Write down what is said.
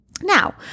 Now